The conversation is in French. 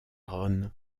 ron